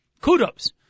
kudos